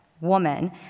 woman